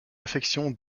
affection